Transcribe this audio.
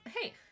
Hey